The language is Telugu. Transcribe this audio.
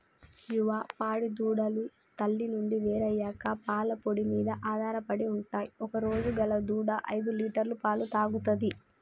యువ పాడి దూడలు తల్లి నుండి వేరయ్యాక పాల పొడి మీన ఆధారపడి ఉంటయ్ ఒకరోజు గల దూడ ఐదులీటర్ల పాలు తాగుతది